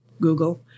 google